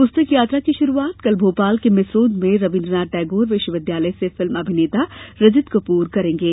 पुस्तक यात्रा की शुरूआत कल भोपाल के मिसरोद में रवीन्द्र नाथ टैगोर विश्वविद्यालय से फिल्म अभिनेता रजत कपूर करेंगे